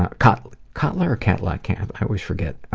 ah, cut. cutler or catla? i can't i always forget.